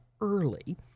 Early